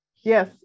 yes